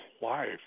life